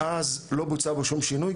מאז לא בוצע בו שום שינוי,